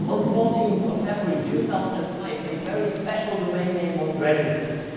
on the fourteenth of february two thousand and five, a very special domain name was registered.